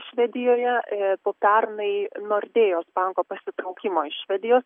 švedijoje po pernai nordėjos banko pasitraukimo iš švedijos